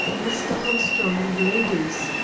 mr. armstrong and ladies!